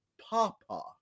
Papa